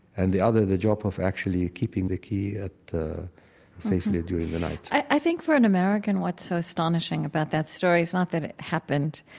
and the other, the job of actually keeping the key ah safely during the night i think for an american what's so astonishing about that story is not that it happened,